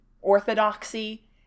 orthodoxy